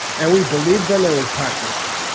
and we believe them and we practice them.